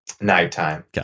Nighttime